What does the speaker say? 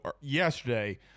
yesterday